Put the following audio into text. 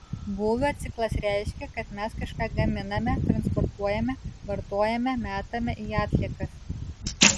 būvio ciklas reiškia kad mes kažką gaminame transportuojame vartojame metame į atliekas